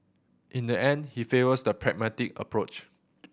in the end he favours the pragmatic approach